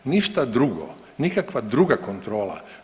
Ništa drugo, nikakva druga kontrola.